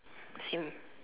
him